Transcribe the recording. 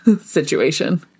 situation